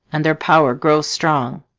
and their power grows strong.